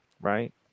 Right